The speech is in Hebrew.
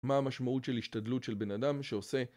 מה המשמעות של השתדלות של בן אדם שעושה